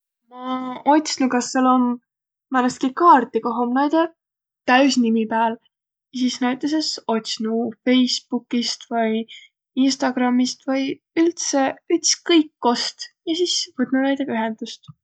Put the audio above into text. Ma ots'nuq, kas sääl om määnestkiq kaarti, koh om näide täüs'nimi pääl. Ja sis näütüses ots'nu Facebookist vai Instagrammist vai üldse ütskõik, kost. Ja sis võtnuq naidõga ühendust.